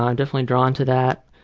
um definitely drawn to that.